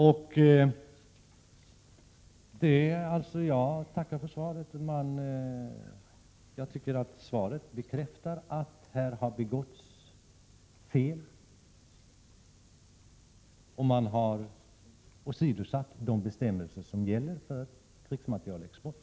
Jag tackar för svaret, som jag tycker bekräftar att det har begåtts fel och att man har åsidosatt de bestämmelser som gäller för krigsmaterielexporten.